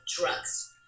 drugs